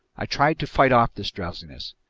i tried to fight off this drowsiness.